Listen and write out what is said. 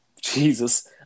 Jesus